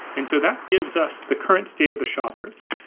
and so that gives us the current state of the shoppers.